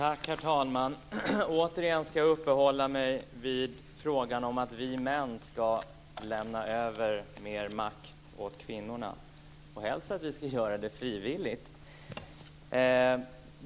Herr talman! Återigen ska jag uppehålla mig vid frågan om att vi män ska lämna över mer makt åt kvinnorna, helst frivilligt.